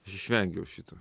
aš išvengiau šito